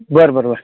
बरं बरं बरं